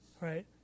right